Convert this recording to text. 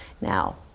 Now